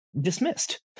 dismissed